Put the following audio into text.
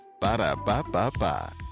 Ba-da-ba-ba-ba